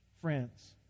friends